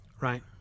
right